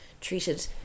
treated